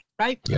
right